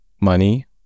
money